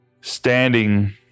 standing